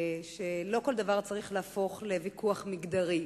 שלא כל דבר צריך להפוך לוויכוח מגדרי,